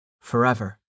Forever